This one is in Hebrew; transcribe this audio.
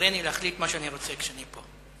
סוברני להחליט מה שאני רוצה כשאני פה.